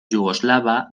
yugoslava